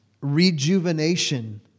rejuvenation